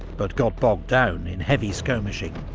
but got bogged down in heavy skirmishing.